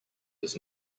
does